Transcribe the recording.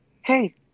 Hey